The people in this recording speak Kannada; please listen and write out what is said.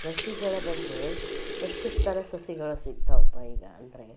ಸಸಿಗಳ ಬಗ್ಗೆ ಎಷ್ಟು ಥರ ಸಸಿಗಳು ಸಿಗ್ತಾವಪ್ಪಾ ಈಗ ಅಂದರೆ